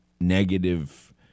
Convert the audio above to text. negative